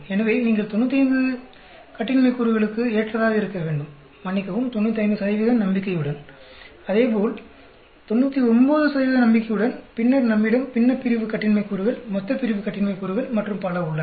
எனவே நீங்கள் 95 டிகிரி கட்டின்மை கூறுகளுக்கு ஏற்றதாக இருக்க வேண்டும் மன்னிக்கவும்95 நம்பிக்கையுடனும் அதே போல் 99 நம்பிக்கையுடனும் பின்னர் நம்மிடம் பின்னப்பிரிவு கட்டின்மை கூறுகள் மொத்தப்பிரிவு கட்டின்மை கூறுகள் மற்றும் பல உள்ளன